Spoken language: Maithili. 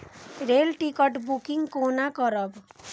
रेल टिकट बुकिंग कोना करब?